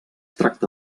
tracta